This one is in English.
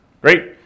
Great